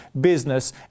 business